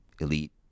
elite